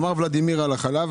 אמר ולדימיר על החלב,